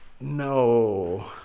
no